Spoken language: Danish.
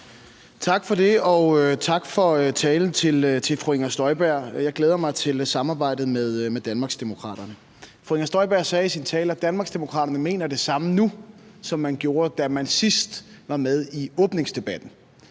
Morten Dahlin (V): Tak til fru Inger Støjberg for talen. Jeg glæder mig til samarbejdet med Danmarksdemokraterne. Fru Inger Støjberg sagde i sin tale, at Danmarksdemokraterne mener det samme nu, som man gjorde, da man sidst var med i åbningsdebatten.